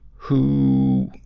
who,